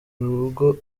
rugo